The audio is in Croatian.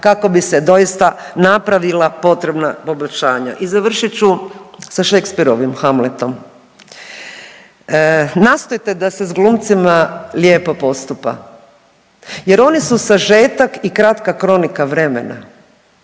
kako bi se doista napravila potrebna poboljšanja. I završit ću sa Shakespeare Hamletom, „Nastojte da se s glumcima lijepo postupa jer oni su sažetak i kratka kronika vremena.